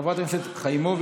חברת הכנסת חיימוביץ',